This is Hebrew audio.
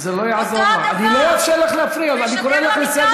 חברת הכנסת